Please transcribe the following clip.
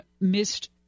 missed